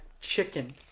chicken